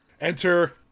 Enter